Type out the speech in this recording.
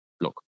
look